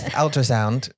ultrasound